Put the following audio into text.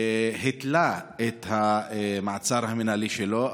התלה את המעצר המינהלי שלו,